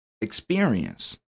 experience